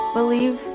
believe